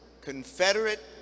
confederate